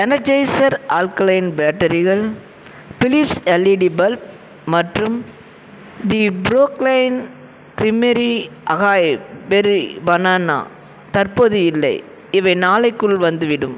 Energizer alkaline பேட்டரிகள் Philips LED bulb மற்றும் the Brooklyn creamery acai berry banana தற்போது இல்லை இவை நாளைக்குள் வந்துவிடும்